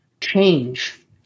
change